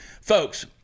Folks